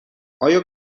آیا